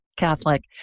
Catholic